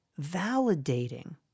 validating